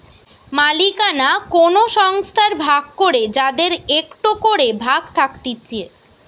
মালিকানা কোন সংস্থার ভাগ করে যাদের একটো করে ভাগ থাকতিছে